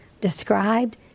described